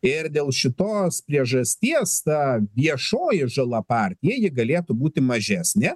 ir dėl šitos priežasties ta viešoji žala partijai ji galėtų būti mažesnė